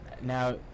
now